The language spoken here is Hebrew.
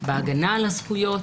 בהגנה על הזכויות,